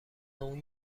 اون